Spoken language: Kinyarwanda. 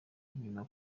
inyuma